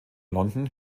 london